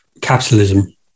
capitalism